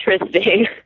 interesting